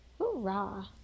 Hoorah